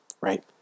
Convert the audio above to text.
right